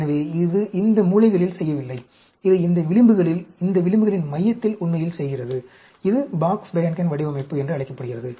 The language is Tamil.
எனவே இது இந்த மூலைகளில் செய்யவில்லை இது இந்த விளிம்புகளில் இந்த விளிம்புகளின் மையத்தில் உண்மையில் செய்கிறது இது பாக்ஸ் பெஹன்கென் வடிவமைப்பு என்று அழைக்கப்படுகிறது